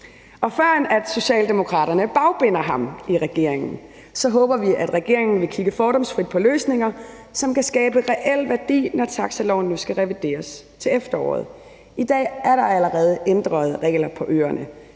Og før Socialdemokraterne bagbinder ham i regeringen, håber vi, at regeringen vil kigge fordomsfrit på løsninger, som kan skabe reel værdi, når taxiloven nu skal revideres til efteråret. I dag er der allerede ændrede regler på øerne;